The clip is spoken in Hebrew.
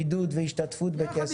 עידוד והשתתפות בכסף.